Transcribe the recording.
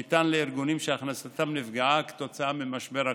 ניתן לארגונים שהכנסתם נפגעה כתוצאה ממשבר הקורונה.